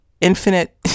infinite